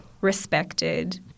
respected